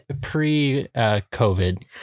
pre-COVID